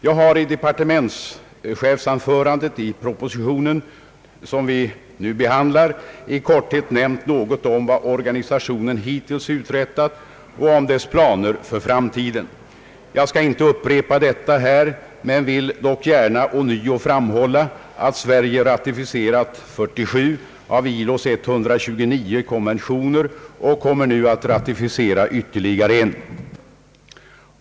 Jag har i departementschefsanförandet i propositionen, som vi nu behandlar, i korthet nämnt något om vad organisationen hittills uträttat och om dess planer för framtiden. Jag skall inte upprepa dessa här men vill gärna ånyo framhålla att Sverige ratificerat 47 av ILO:s 129 konventioner och nu kommer att ratificera ytterligare en.